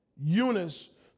Eunice